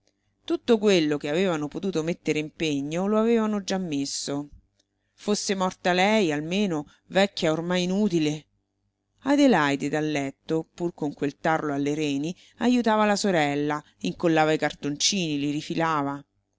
tutto quello che avevano potuto mettere in pegno lo avevano già messo fosse morta lei almeno vecchia e ormai inutile adelaide dal letto pur con quel tarlo alle reni ajutava la sorella incollava i cartoncini li rifilava